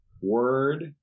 word-